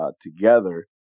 together